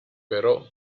però